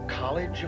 college